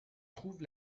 trouve